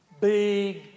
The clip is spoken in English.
Big